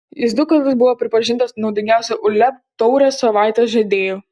jis du kartus buvo pripažintas naudingiausiu uleb taurės savaitės žaidėju